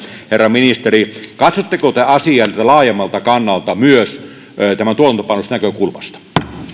herra ministeri katsotteko te asiaa tältä laajemmalta kannalta myös tuotantopanoksen näkökulmasta